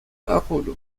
أقوله